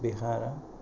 Bihar